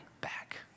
back